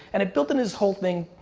and it built in this whole thing.